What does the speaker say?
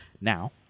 Now